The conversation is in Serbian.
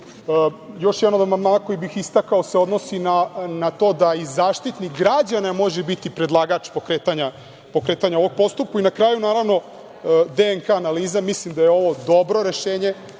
Još jedan od amandmana koji bih istakao se odnosi na to da i Zaštitnik građana može biti predlagač pokretanja ovog postupka. Na kraju, naravno, DNK analiza, mislim da je ovo dobro rešenje.